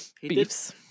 beefs